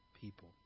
people